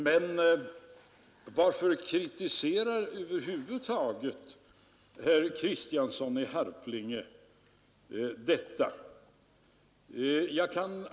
Men varför kritiserar herr Kristiansson i Harplinge över huvud taget detta nu?